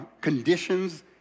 conditions